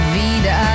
wieder